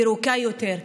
ירוקה יותר,